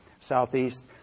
Southeast